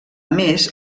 més